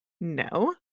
no